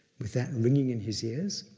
with that ringing in his ears,